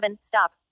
Stop